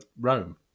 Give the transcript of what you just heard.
Rome